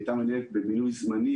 היא הייתה מנהלת במינוי זמני,